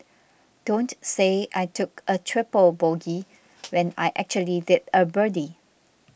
don't say I took a triple bogey when I actually did a birdie